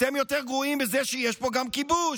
אתם יותר גרועים בזה שיש פה גם כיבוש.